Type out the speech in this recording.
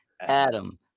Adam